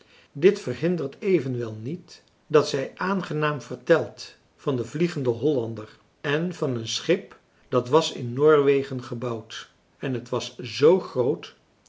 dit verhindert evenwel niet dat zij aangenaam vertelt van den vliegenden hollander en van een schip dat was in noorwegen gebouwd en het was z groot